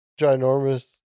ginormous